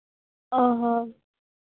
ᱚ ᱦᱚᱸ